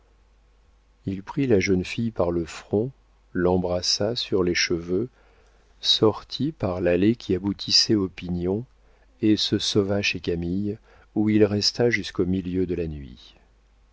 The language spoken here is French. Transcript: il prit la jeune fille par le front l'embrassa sur les cheveux sortit par l'allée qui aboutissait au pignon et se sauva chez camille où il resta jusqu'au milieu de la nuit